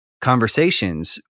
conversations